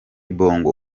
bongo